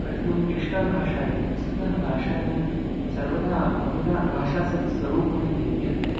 प्रथमं क्लिष्टा भाषा इति वस्तुतः भाषायां सर्वदा बहुधा भाषासु स्वरूपाणि भिद्यन्ते